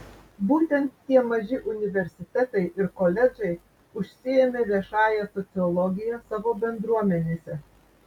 būtent tie maži universitetai ir koledžai užsiėmė viešąja sociologija savo bendruomenėse